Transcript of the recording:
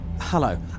hello